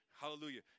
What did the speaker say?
Hallelujah